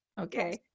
okay